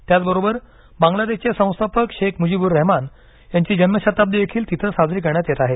त्याचबरोबर बांग्लादेशचे संस्थापक शेख मुजीबूर रहमान यांची जन्म शताब्दी देखील तिथं साजरी करण्यात येत आहे